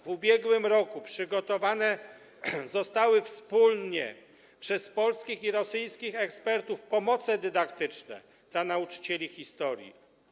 W ubiegłym roku przygotowane zostały wspólnie przez polskich i rosyjskich ekspertów pomoce dydaktyczne dla nauczycieli historii.